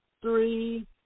three